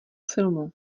filmu